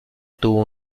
tuvo